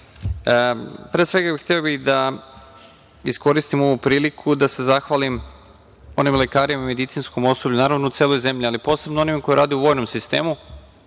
pre svega hteo bih da iskoristim ovu priliku da se zahvalim onim lekarima i medicinskom osoblju, naravno u celoj zemlji, ali posebno onima koji rade u vojnom sistemu,